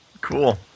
Cool